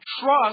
Trust